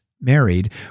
married